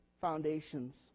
foundations